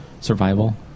survival